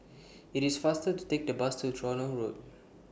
IT IS faster to Take The Bus to Tronoh Road